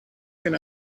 can